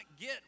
get